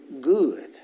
good